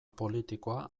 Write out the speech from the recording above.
politikoa